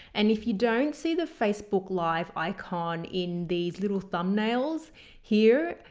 and if you don't see the facebook live icon in these little thumb nails here,